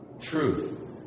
truth